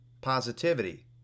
positivity